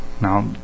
Now